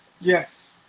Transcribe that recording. Yes